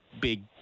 big